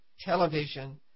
television